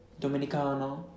Dominicano